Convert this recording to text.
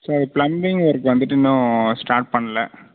sir plumbing work வந்துவிட்டு இன்னும் start பண்ணல